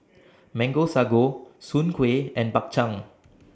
Mango Sago Soon Kueh and Bak Chang